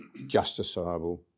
justiciable